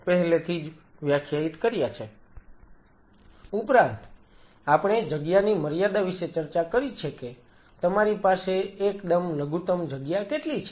Refer Slide Time 0224 ઉપરાંત આપણે જગ્યાની મર્યાદા વિશે ચર્ચા કરી છે કે તમારી પાસે એકદમ લઘુત્તમ જગ્યા કેટલી છે